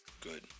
Good